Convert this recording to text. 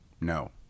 no